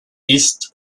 ist